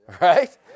right